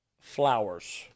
flowers